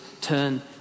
turn